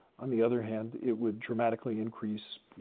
on the other hand, it would dramatically increase, you